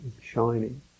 shining